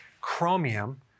chromium